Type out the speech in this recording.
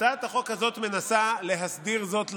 הצעת החוק הזאת מנסה להסדיר זאת לראשונה,